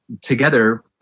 together